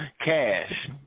cash